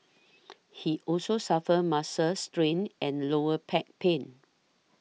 he also suffered muscles strains and lower pack pain